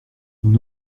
nous